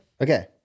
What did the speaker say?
Okay